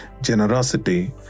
Generosity